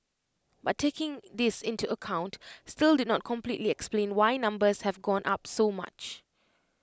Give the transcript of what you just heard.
but taking this into account still did not completely explain why numbers have gone up so much